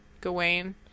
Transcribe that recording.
Gawain